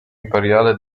imperiale